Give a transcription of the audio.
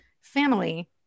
family